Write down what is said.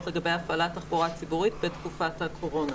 לגבי הפעלת תחבורה ציבורית בתקופת הקורונה.